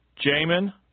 Jamin